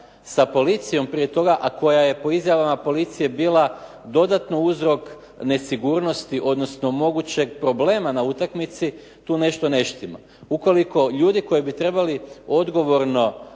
sa policijom prije toga, a koja je po izjavama policije bila dodatno uzrok nesigurnosti, odnosno mogućeg problema na utakmici, tu nešto ne štima. Ukoliko ljudi koji bi trebali odgovorno